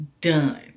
done